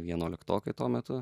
vienuoliktokai tuo metu